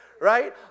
right